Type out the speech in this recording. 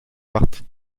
partie